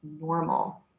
normal